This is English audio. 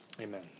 Amen